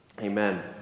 Amen